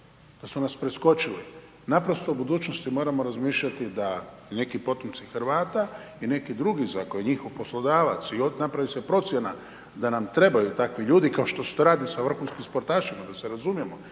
da su nas preskočili. Naprosto u budućnosti moramo razmišljati da neki potomci Hrvata i neku drugi za koje je njihov poslodavac, i napravi se procjena da nam trebaju takvi ljudi, kao što se to radi sa vrhunskim sportašima, da se razumijemo.